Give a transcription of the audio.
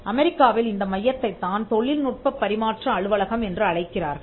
அமெரிக்காவில் இந்த மையத்தைத் தான் தொழில்நுட்பப் பரிமாற்ற அலுவலகம் என்று அழைக்கிறார்கள்